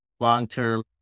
long-term